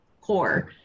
core